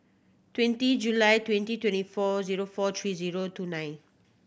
twenty July twenty twenty four zero four three zero two nine